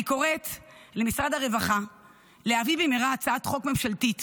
אני קוראת למשרד הרווחה להביא במהרה הצעת חוק ממשלתית